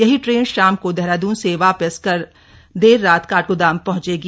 यही ट्रेन शाम को देहरादून से वापसी कर देर रात काठगोदाम पहंचेगी